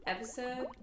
Episode